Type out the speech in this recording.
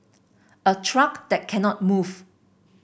a truck that cannot move